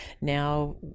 Now